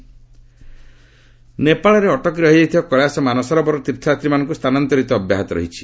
ନେପାଳ ନେପାଳରେ ଅଟକି ରହିଯାଇଥିବା କୈଳାଶ ମାନସରୋବର ତୀର୍ଥଯାତ୍ରୀମାନଙ୍କୁ ସ୍ଥାନାନ୍ତରିତ ଅବ୍ୟାହତ ରଇଛି